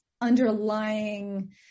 underlying